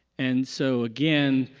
and so, again,